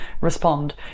respond